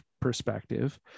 perspective